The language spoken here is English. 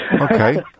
Okay